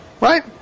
Right